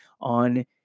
on